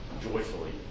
joyfully